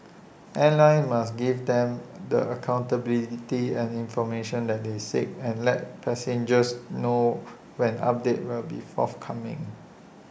airlines must give them the accountability and information that they seek and let passengers know when updates will be forthcoming